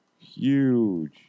huge